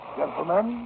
gentlemen